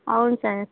అవును సార్